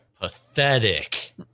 Pathetic